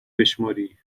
بشمری